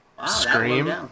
Scream